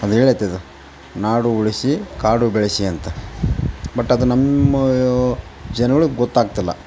ಅದು ಹೇಳೆತಿ ಇದು ನಾಡು ಉಳಿಸಿ ಕಾಡು ಬೆಳೆಸಿ ಅಂತ ಬಟ್ ಅದು ನಮ್ಮ ಜನುಗಳಿಗ್ ಗೊತ್ತಾಗ್ತಿಲ್ಲ